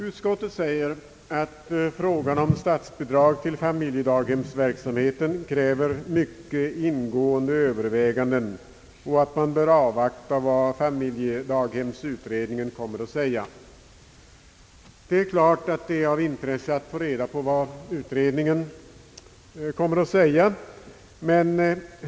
Utskottet anser att frågan om statsbidrag till barndaghemsverksamhet kräver mycket ingående överväganden och att man bör avvakta vad familjedaghemsutredningen kommer att säga. Det är klart att det är av intresse att få reda på vad utredningen kommer att säga.